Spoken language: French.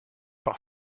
par